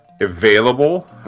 available